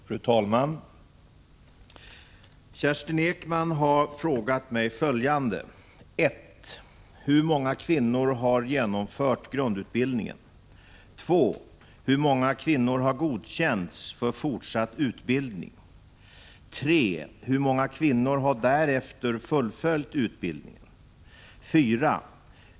Fru talman! Kerstin Ekman har frågat mig följande: Hur många kvinnor har genomfört grundutbildningen? Hur många kvinnor har godkänts för fortsatt utbildning? Hur många kvinnor har därefter fullföljt utbildningen?